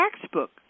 textbook